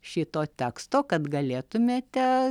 šito teksto kad galėtumėte